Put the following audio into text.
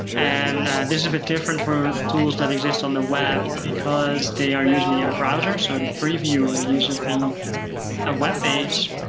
and this is a bit different for tools that exist on the web, because they are usually in a browser. so the preview will usually be a web page,